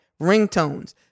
ringtones